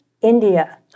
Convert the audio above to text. India